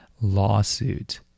lawsuit